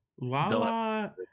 Lala